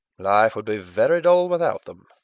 life would be very dull without them.